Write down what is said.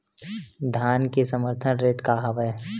धान के समर्थन रेट का हवाय?